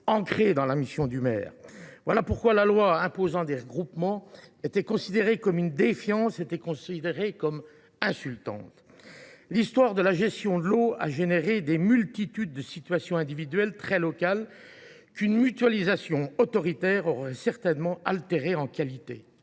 ancrée dans la mission du maire ; voilà pourquoi la loi imposant des regroupements était considérée comme un signe de défiance, comme une mesure insultante. L’histoire de la gestion de l’eau a donné naissance à une multitude de situations individuelles très locales dont une mutualisation autoritaire aurait certainement altéré la qualité,